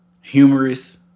humorous